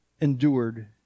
endured